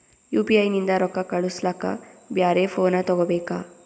UPI ನಿಂದ ರೊಕ್ಕ ಕಳಸ್ಲಕ ಬ್ಯಾರೆ ಫೋನ ತೋಗೊಬೇಕ?